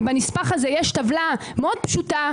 ובנספח הזה יש טבלה מאוד פשוטה,